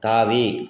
தாவி